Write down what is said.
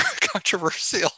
controversial